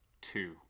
two